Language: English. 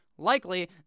likely